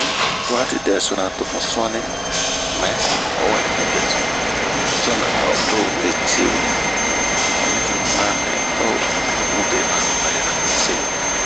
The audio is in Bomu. Watidɛsona to mu suɔni mɛɛ a watidɛso ao to we cii bunna, mu ɛnima nɛ abu bema nɔ'ɔya osee.